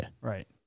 right